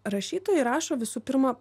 rašytojai rašo visų pirma